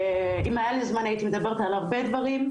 אילו היה לי זמן הייתי מדברת על הרבה דברים,